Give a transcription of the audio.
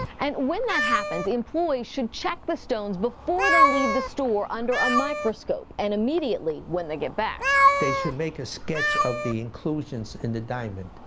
and when that happens, employees should check the stones before they leave the store under a microscope and immediately when they get back. they should make a sketch of the inclusions in the diamond.